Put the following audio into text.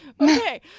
okay